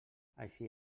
així